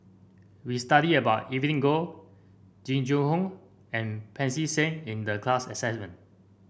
we studied about Evelyn Goh Jing Jun Hong and Pancy Seng in the class assignment